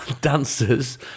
Dancers